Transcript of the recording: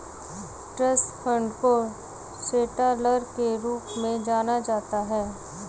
trust fund को settler के रूप में जाना जाता है